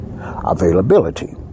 Availability